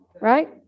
right